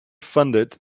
funded